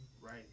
right